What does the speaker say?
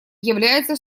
является